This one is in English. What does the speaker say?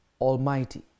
Almighty